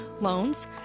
loans